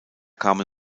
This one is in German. kamen